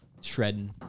shredding